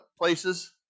places